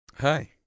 Hi